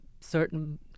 certain